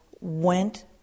went